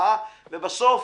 ובסוף,